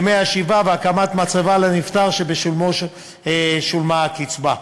ימי השבעה והקמת מצבה לנפטר שבשלו שולמה הקצבה.